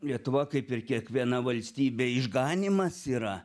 lietuva kaip ir kiekviena valstybė išganymas yra